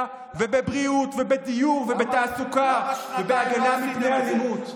ובבריאות ובדיור ובתעסוקה ובהגנה מפני אלימות.